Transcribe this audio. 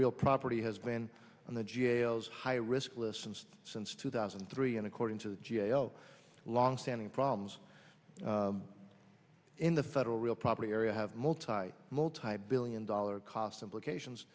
real property has been on the jail's high risk listens since two thousand and three and according to the g a o longstanding problems in the federal real property area have multi multibillion dollar cost implications